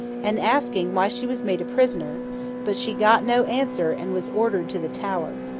and asking why she was made a prisoner but she got no answer, and was ordered to the tower.